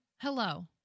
Hello